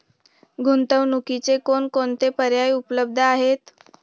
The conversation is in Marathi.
गुंतवणुकीचे कोणकोणते पर्याय उपलब्ध आहेत?